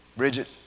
Bridget